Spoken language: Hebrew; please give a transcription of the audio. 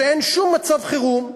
שאין שום מצב חירום.